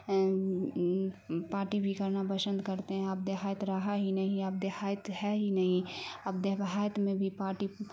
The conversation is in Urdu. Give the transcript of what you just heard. پارٹی بھی کرنا پسند کرتے ہیں آپ دیہات رہا ہی نہیں اب دیہات ہے ہی نہیں اب دیہات میں بھی پارٹی